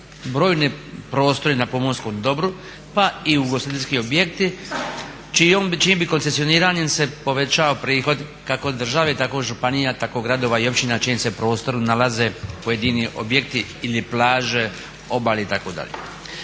brojni prostori na pomorskom dobru pa i ugostiteljski objekti čijim bi koncesioniranjem povećao prihod kako od države, tako od županija, tako gradova i općina na čijem se prostoru nalaze pojedini objekti ili plaže, obale itd…